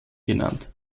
genannt